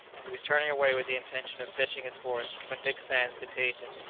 he was turning away with the intention of fetching his horse, when dick sands detained him.